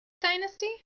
Dynasty